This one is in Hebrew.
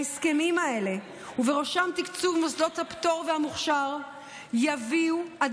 ההסכמים האלה ובראשם תקצוב מוסדות הפטור והמוכשר יביאו עד